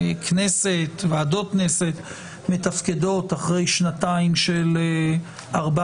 כנסת וועדות כנסת מתפקדות אחרי שנתיים של ארבע